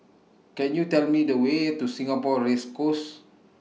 Can YOU Tell Me The Way to Singapore Race Course